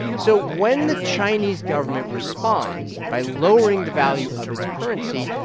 so when the chinese government responds by lowering the value of its currency,